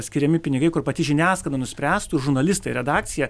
skiriami pinigai kur pati žiniasklaida nuspręstų žurnalistai redakcija